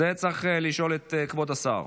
זה, צריך לשאול את כבוד השר.